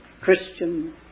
Christian